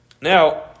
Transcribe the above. Now